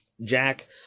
Jack